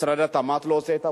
משרד התמ"ת לא עושה את עבודתו,